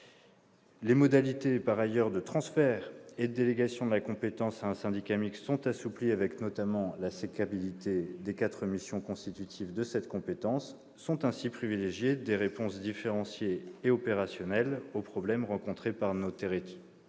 les modalités de transfert et de délégation de la compétence à un syndicat mixte sont assouplies avec notamment la « sécabilité » des quatre missions constitutives de cette compétence. Sont ainsi privilégiées des réponses différenciées et opérationnelles aux problèmes rencontrés par nos territoires.